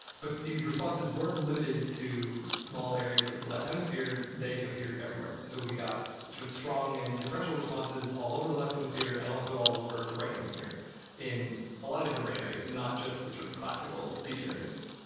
but these responses weren't limited to small areas of the left hemisphere, they appeared everywhere. so we got sort of strong and differential responses all over the left hemisphere and also all over the right hemisphere in a lot of different brain areas and not just to the sort of classical speech areas.